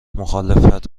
مخالفت